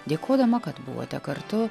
dėkodama kad buvote kartu